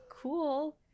cool